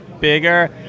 bigger